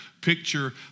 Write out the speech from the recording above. picture